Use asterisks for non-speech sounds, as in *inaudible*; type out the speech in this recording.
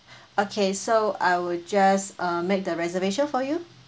*breath* okay so I will just uh make the reservation for you